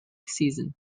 season